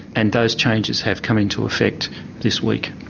and those changes have come into effect this week.